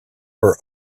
her